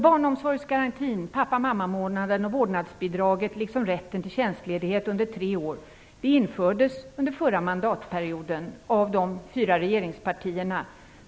Barnomsorgsgarantin, pappa/mamma-månaden, vårdnadsbidraget liksom rätten till tjänstledighet under tre år infördes alltså under förra mandatperioden av de fyra regeringspartierna.